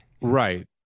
Right